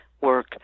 work